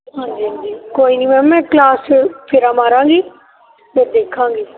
ਹਾਂਜੀ ਹਾਂਜੀ ਕੋਈ ਨਹੀਂ ਮੈਮ ਮੈਂ ਕਲਾਸ 'ਚ ਫੇਰਾ ਮਾਰਾਂਗੀ ਫਿਰ ਦੇਖਾਂਗੇ